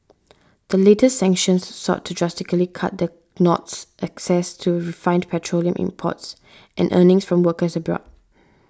the latest sanctions sought to drastically cut the North's access to refined petroleum imports and earnings from workers abroad